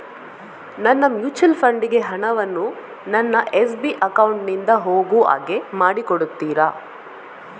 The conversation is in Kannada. ನನ್ನ ಮ್ಯೂಚುಯಲ್ ಫಂಡ್ ಗೆ ಹಣ ವನ್ನು ನನ್ನ ಎಸ್.ಬಿ ಅಕೌಂಟ್ ನಿಂದ ಹೋಗು ಹಾಗೆ ಮಾಡಿಕೊಡುತ್ತೀರಾ?